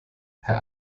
herr